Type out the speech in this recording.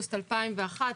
באוגוסט 2021,